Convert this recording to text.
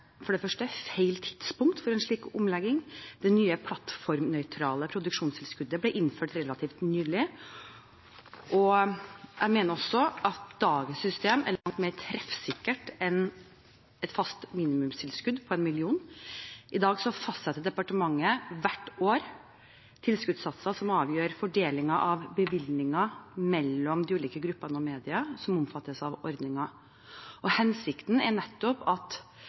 for det første er feil tidspunkt for en slik omlegging. Det nye plattformnøytrale produksjonstilskuddet ble innført relativt nylig, og jeg mener også at dagens system er langt mer treffsikkert enn et fast minimumstilskudd på 1 mill. kr. I dag fastsetter departementet hvert år tilskuddssatser som avgjør fordelingen av bevilgningen mellom de ulike gruppene av medier som omfattes av ordningen. Hensikten er nettopp at